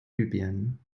libyen